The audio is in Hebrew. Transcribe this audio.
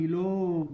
אני לא אדיש.